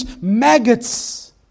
maggots